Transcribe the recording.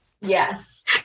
Yes